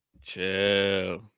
Chill